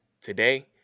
today